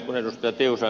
kun ed